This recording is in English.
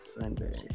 Sunday